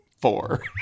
four